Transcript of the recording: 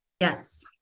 Yes